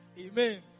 Amen